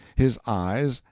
his eyes,